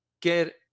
get